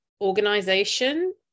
organization